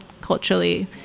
culturally